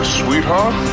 sweetheart